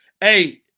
Hey